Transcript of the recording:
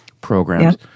programs